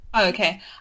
Okay